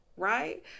Right